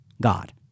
God